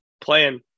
playing